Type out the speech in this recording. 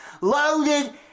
loaded